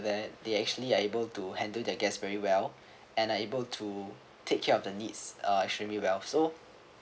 there they actually are able to handle their guest very well and are able to take care of the needs uh extremely well so